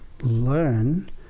learn